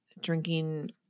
Drinking